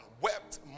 wept